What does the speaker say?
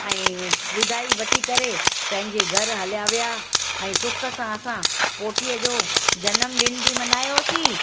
ऐं विदाई वठी करे पंहिंजे घर हलिया विया ऐं सुख सां असां पोटीअ जो ॼनमु ॾिंहं बि मल्हायोसीं